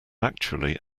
actually